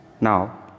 Now